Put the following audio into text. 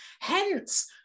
Hence